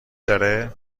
داره